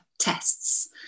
tests